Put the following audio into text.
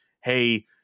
hey